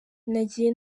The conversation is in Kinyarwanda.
nagiye